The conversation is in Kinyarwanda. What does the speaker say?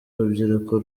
urubyiruko